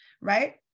right